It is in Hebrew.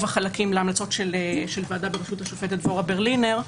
החלקים להמלצות של ועדה בראשות השופטת דבורה ברלינר,